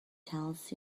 tells